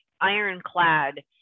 ironclad